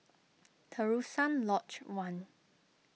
Terusan Lodge one